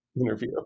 interview